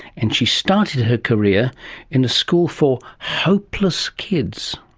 and she started her career in a school for hopeless kids.